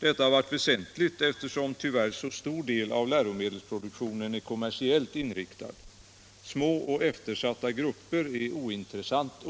Detta har varit väsentligt, eftersom tyvärr så stor del av läromedelsproduktionen är kommersiellt inriktad. Små och eftersatta grupper är